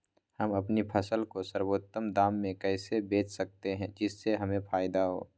हम अपनी फसल को सर्वोत्तम दाम में कैसे बेच सकते हैं जिससे हमें फायदा हो?